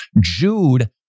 Jude